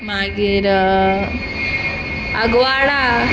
मागीर आग्वाद